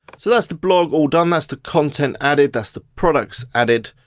so that's the blog all done, that's the content added, that's the products added.